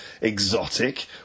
exotic